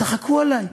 צחקו עלי.